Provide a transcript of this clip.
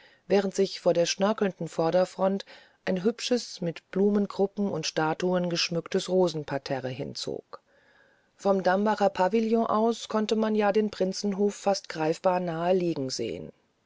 während sich vor der geschnörkelten vorderfront ein hübsches mit blumengruppen und statuen geschmücktes rosenparterre hinzog vom dambacher pavillon aus konnte man ja den prinzenhof fast greifbar nahe liegen sehen